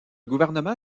gouvernement